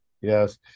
Yes